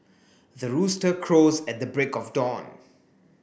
the rooster crows at the break of dawn